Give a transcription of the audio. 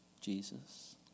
Jesus